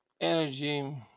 energy